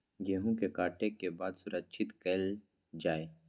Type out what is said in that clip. गेहूँ के काटे के बाद सुरक्षित कायल जाय?